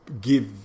give